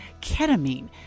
ketamine